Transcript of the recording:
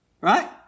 Right